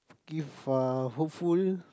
give a hopeful